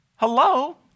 Hello